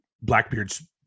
Blackbeard's